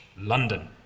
london